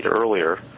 earlier